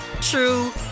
true